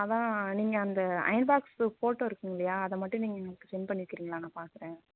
அதான் நீங்கள் அந்த அயர்ன் பாக்ஸுக்கு ஃபோட்டோ இருக்கும் இல்லையா அதை மட்டும் நீங்கள் எனக்கு சென்ட் பண்ணி வக்கிறீங்களா நான் பார்க்கறேன்